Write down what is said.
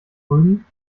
rügen